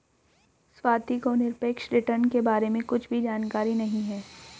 स्वाति को निरपेक्ष रिटर्न के बारे में कुछ भी जानकारी नहीं है